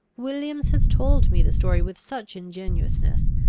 williams has told me the story with such ingenuousness,